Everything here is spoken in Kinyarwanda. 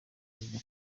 perezida